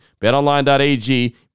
Betonline.ag